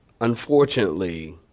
unfortunately